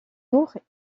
jours